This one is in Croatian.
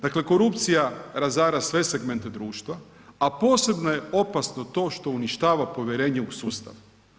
Dakle, korupcija razara se segmente društva, a posebno je opasno to što uništava povjerenje u sustav.